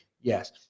Yes